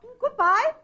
Goodbye